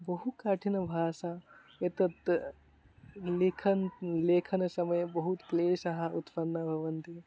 बहु कठिनभाषा एतत् लिखन् लेखनसमये बहु क्लेशः उत्पन्नः भवति